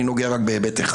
אני נוגע בהיבט אחד